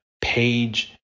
page